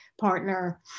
partner